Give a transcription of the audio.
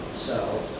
so,